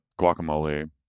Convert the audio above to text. guacamole